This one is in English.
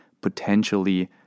potentially